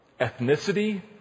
Ethnicity